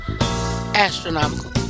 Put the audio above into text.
Astronomical